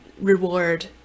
reward